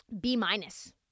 B-minus